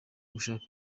gushaka